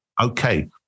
Okay